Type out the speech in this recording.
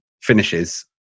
finishes